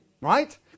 right